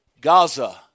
Gaza